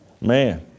man